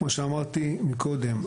כמו שאמרתי מקודם,